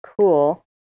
Cool